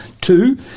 Two